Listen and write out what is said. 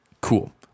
cool